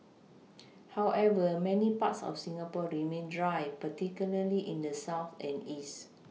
however many parts of Singapore remain dry particularly in the south and east